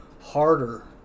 harder